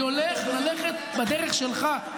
אני עומד ללכת בדרך שלך,